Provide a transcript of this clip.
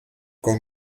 con